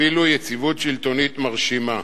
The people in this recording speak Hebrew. אפילו יציבות שלטונית מרשימה.